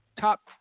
top